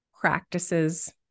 practices